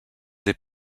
des